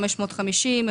550,